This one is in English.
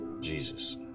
Jesus